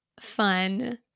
fun